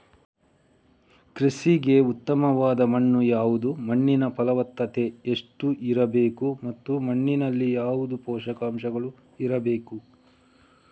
ಕೃಷಿಗೆ ಉತ್ತಮವಾದ ಮಣ್ಣು ಯಾವುದು, ಮಣ್ಣಿನ ಫಲವತ್ತತೆ ಎಷ್ಟು ಇರಬೇಕು ಮತ್ತು ಮಣ್ಣಿನಲ್ಲಿ ಯಾವುದು ಪೋಷಕಾಂಶಗಳು ಇರಬೇಕು?